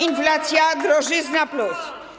Inflacja, drożyzna+.